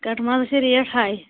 کَٹہٕ مازَس چھ ریٹ ہاے